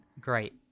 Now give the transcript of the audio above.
Great